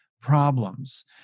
problems